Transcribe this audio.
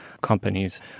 companies